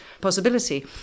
possibility